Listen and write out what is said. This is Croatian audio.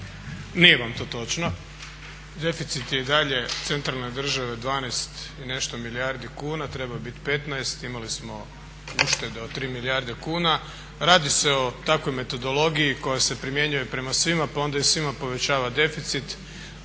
Nije vam to točno. Deficit je i dalje centralne države 12 i nešto milijardi kuna, trebao je biti 15, imali smo uštede od 3 milijarde kuna. Radi se o takvoj metodologiji koja se primjenjuje prema svima pa onda i svima povećava deficit.